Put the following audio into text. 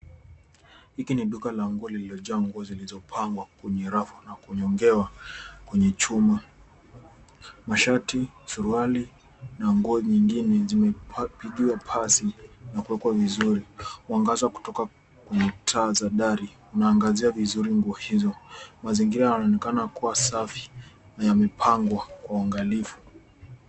Hiki ni duka la nguo lililo jaa nguo zilizo pangwa kwenye rafu na kunyongewa kwenye chuma. Mashati, suruari na nguo nyingine zimepigiwa pasi na kuwekwa vizuri. Mwangaza kutoka kwenye taa za dari unaangazia vizuri nguo hizo. Mazingira yanakaa kuwa safi na yameangaziwa kwa uangalifu.